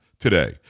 Today